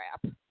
crap